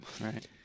Right